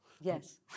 Yes